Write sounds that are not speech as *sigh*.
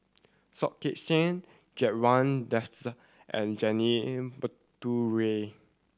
Soh Kay Siang Ridzwan *unintelligible* and Janil *unintelligible*